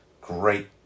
great